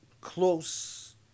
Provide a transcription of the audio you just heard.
close